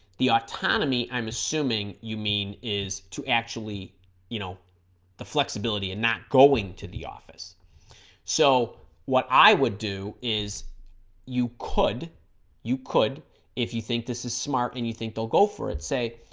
the autonomy i'm assuming you mean is to actually you know the flexibility and not going to the office so what i would do is you could you could if you think this is smart and you think they'll go for it say